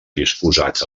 disposats